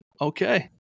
okay